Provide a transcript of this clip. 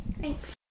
Thanks